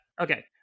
Okay